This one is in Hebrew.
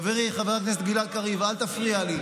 חברי חבר הכנסת גלעד קריב, אל תפריע לי.